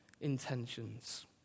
intentions